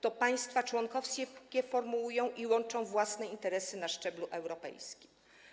To państwa członkowskie formułują i łączą własne interesy na szczeblu europejskim.